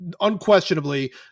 unquestionably